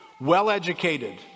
Well-educated